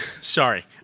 sorry